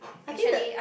I think that the